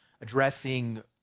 addressing